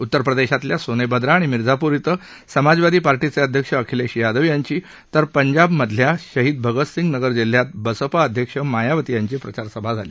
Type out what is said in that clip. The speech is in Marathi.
उत्तरप्रदेशातल्या सोनेभद्रा आणि मिर्झापूर धिं समाजवादी पार्टीचे अध्यक्ष अखिलेश यादव यांची तर पंजाबमधल्या शहीद भगत सिंग नगर जिल्ह्यात बसपा अध्यक्ष मायावती यांची प्रचारसभा झाली